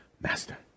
master